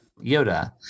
Yoda